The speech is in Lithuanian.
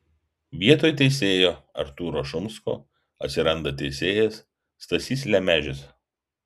vietoj teisėjo artūro šumsko atsiranda teisėjas stasys lemežis